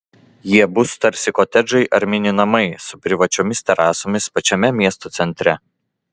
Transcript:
jie bus tarsi kotedžai ar mini namai su privačiomis terasomis pačiame miesto centre